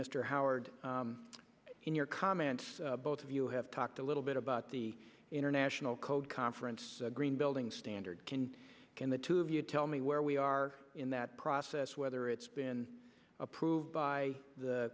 mr howard in your comments both of you have talked a little bit about the international code conference green building standard can can the two of you tell me where we are in that process whether it's been approved by the